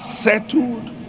settled